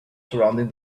surrounding